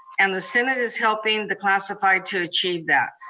and the senate is helping the classified to achieve that.